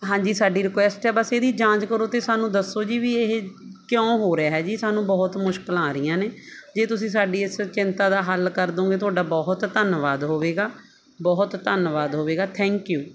ਹਾਂਜੀ ਸਾਡੀ ਰਿਕੁਐਸਟ ਹੈ ਬਸ ਇਹਦੀ ਜਾਂਚ ਕਰੋ ਅਤੇ ਸਾਨੂੰ ਦੱਸੋ ਜੀ ਵੀ ਇਹ ਕਿਉਂ ਹੋ ਰਿਹਾ ਜੀ ਸਾਨੂੰ ਬਹੁਤ ਮੁਸ਼ਕਲਾਂ ਆ ਰਹੀਆਂ ਨੇ ਜੇ ਤੁਸੀਂ ਸਾਡੀ ਇਸ ਚਿੰਤਾ ਦਾ ਹੱਲ ਕਰ ਦਿਉਂਗੇ ਤੁਹਾਡਾ ਬਹੁਤ ਧੰਨਵਾਦ ਹੋਵੇਗਾ ਬਹੁਤ ਧੰਨਵਾਦ ਹੋਵੇਗਾ ਥੈਂਕ ਯੂ